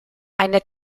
eine